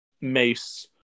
mace